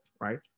right